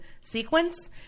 sequence